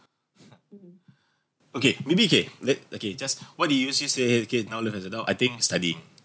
okay maybe okay let okay just what do you used to hate as kid now love as adult I think studying